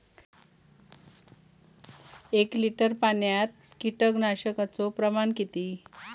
एक लिटर पाणयात कीटकनाशकाचो प्रमाण किती?